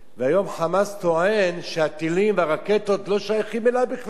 והיום ה"חמאס" טוען שהטילים והרקטות לא שייכים אליו בכלל,